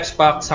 Xbox